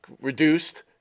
reduced